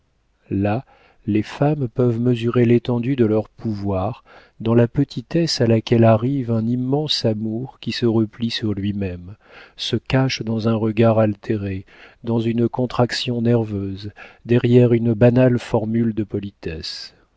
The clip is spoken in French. là les femmes peuvent mesurer l'étendue de leur pouvoir dans la petitesse à laquelle arrive un immense amour qui se replie sur lui-même se cache dans un regard altéré dans une contraction nerveuse derrière une banale formule de politesse